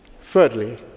Thirdly